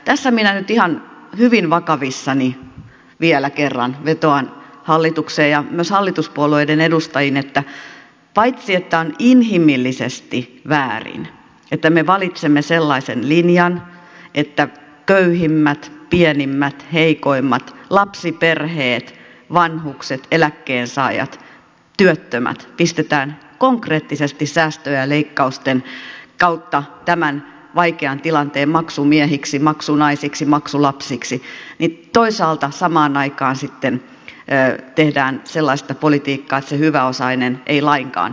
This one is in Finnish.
tässä minä nyt ihan hyvin vakavissani vielä kerran vetoan hallitukseen ja myös hallituspuolueiden edustajiin siinä että on inhimillisesti väärin että me valitsemme sellaisen linjan että köyhimmät pienimmät heikoimmat lapsiperheet vanhukset eläkkeensaajat työttömät pistetään konkreettisesti säästöjen ja leikkausten kautta tämän vaikean tilanteen maksumiehiksi maksunaisiksi maksulapsiksi ja toisaalta samaan aikaan sitten tehdään sellaista politiikkaa että se hyväosainen ei lainkaan tähän talkooseen osallistu